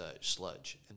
sludge